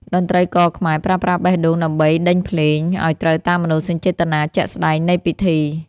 តន្ត្រីករខ្មែរប្រើប្រាស់បេះដូងដើម្បីដេញភ្លេង ឱ្យត្រូវតាមមនោសញ្ចេតនាជាក់ស្ដែងនៃពិធី។